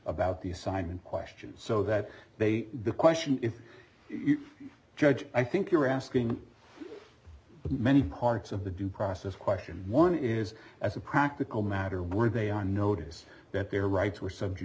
about the assignment question so that they the question if judge i think you're asking many parts of the due process question one is as a practical matter were they on notice that their rights were subject